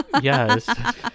Yes